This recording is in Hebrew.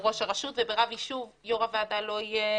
ראש הרשות וברב יישוב יו"ר הוועדה לא יהיה